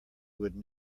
would